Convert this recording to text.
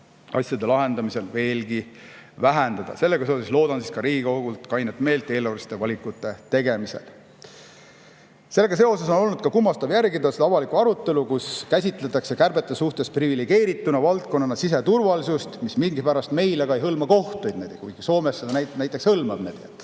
asjade lahendamisel veelgi vähendada. Sellega seoses loodan ka Riigikogult kainet meelt eelarveliste valikute tegemisel. Sellega seoses on olnud kummastav jälgida seda avalikku arutelu, kus käsitletakse kärbete suhtes privilegeeritud valdkonnana siseturvalisust, mis miskipärast aga ei hõlma kohtuid, kuigi Soomes näiteks hõlmab. Meil